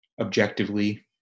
objectively